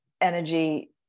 energy